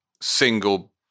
single